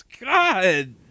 God